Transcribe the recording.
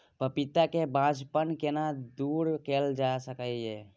पपीता के बांझपन केना दूर कैल जा सकै ये?